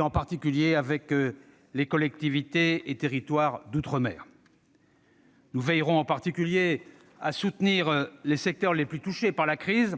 en particulier dans les collectivités et territoires d'outre-mer. Nous veillerons à soutenir les secteurs les plus touchés par la crise,